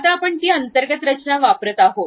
आता आपण ती अंतर्गत रचना वापरत आहोत